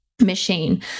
machine